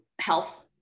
health